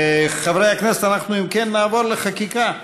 חברי הכנסת, אם כן, אנחנו נעבור לחקיקה.